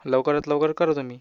लवकरात लवकर करा तुम्ही